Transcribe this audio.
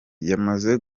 yamaze